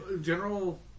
General